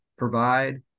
provide